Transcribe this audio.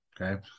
okay